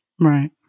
Right